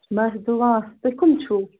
بَس دُعا تُہۍ کٕم چھُو